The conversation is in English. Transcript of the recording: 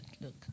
look